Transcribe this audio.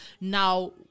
now